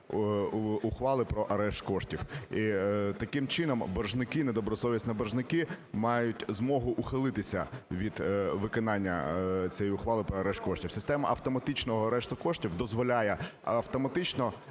ухвали про арешт коштів. І таким чином боржники, недобросовісні боржники, мають змогу ухилитися від виконання цієї ухвали про арешт коштів. Система автоматичного арешту коштів дозволяє автоматично